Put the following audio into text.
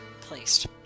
placed